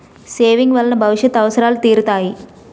saving వలన భవిష్యత్ అవసరాలు తీరుతాయి